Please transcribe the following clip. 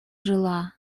жила